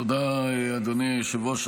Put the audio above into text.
תודה, אדוני היושב-ראש.